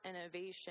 innovation